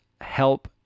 help